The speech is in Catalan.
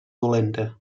dolenta